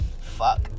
Fuck